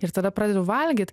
ir tada pradedu valgyt